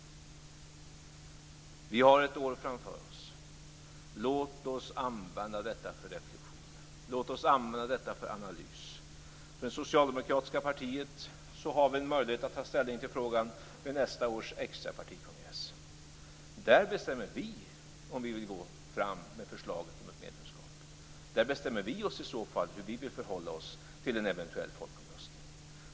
Vi har ett år framför oss. Låt oss använda detta för reflexion. Låt oss använda detta för analys. Inom det socialdemokratiska partiet har vi möjlighet att ta ställning till frågan vid nästa års extra partikongress. Där bestämmer vi om vi vill gå fram med förslaget om ett medlemskap. Där bestämmer vi oss i så fall hur vi vill förhålla oss till en eventuell folkomröstning.